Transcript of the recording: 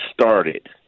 started